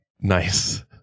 Nice